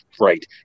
right